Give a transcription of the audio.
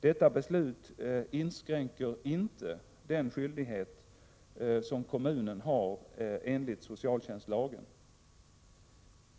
Detta beslut inskränker inte den skyldighet som kommunen har enligt socialtjänstlagen.